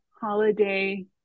holiday